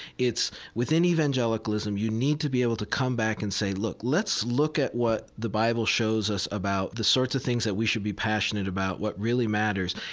it's, with evangelicalism, you need to be able to come back and say, look, let's look at what the bible shows us about the sorts of things that we should be passionate about, what really matters.